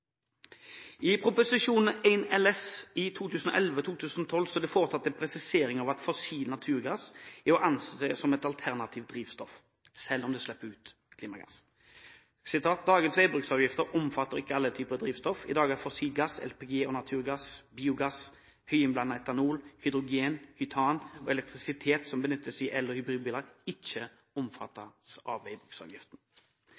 I Prop. 1 LS for 2011–2012 er det foretatt en presisering av at fossil naturgass er å anse som et alternativt drivstoff, selv om det slipper ut klimagass: «Dagens veibruksavgifter omfatter ikke alle typer drivstoff. I dag er fossil gass , biogass, høyinnblandet etanol, hydrogen, hytan og elektrisitet som benyttes i el- og hybridbiler, ikke